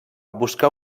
buscar